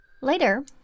Later